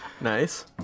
Nice